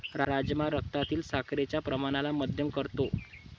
राजमा रक्तातील साखरेच्या प्रमाणाला मध्यम करतो